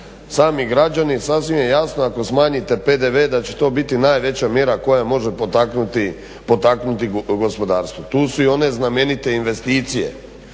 sami građani sasvim je jasno ako smanjite PDV da će to biti najveća mjera koja može potaknuti gospodarstvo. Tu su i one znamenite investicije.